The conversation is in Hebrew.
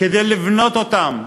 כדי לבנות אותם,